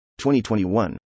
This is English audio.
2021